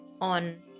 on